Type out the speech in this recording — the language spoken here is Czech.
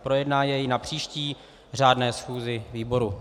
Projedná jej na příští řádné schůzi výboru.